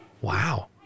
Wow